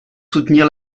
soutenir